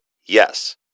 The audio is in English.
Yes